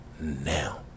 now